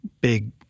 big